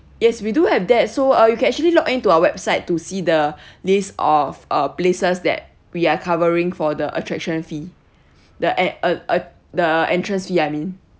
yes we do have that so uh you can actually log into our website to see the list of uh places that we are covering for the attraction fee the e~ uh uh the entrance fee I mean